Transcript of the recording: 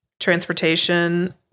Transportation